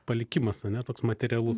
palikimas a ne toks materialus